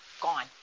Gone